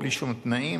בלי שום תנאים,